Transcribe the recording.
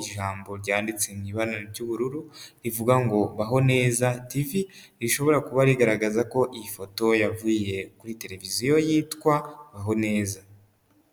ijambo ryanditse mu ibara ry'ubururu rivuga ngo Baho Neza TV, rishobora kuba rigaragaza ko iyi foto yavuye kuri televiziyo yitwa Baho Neza.